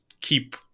keep